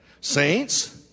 saints